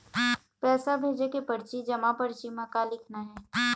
पैसा भेजे के परची जमा परची म का लिखना हे?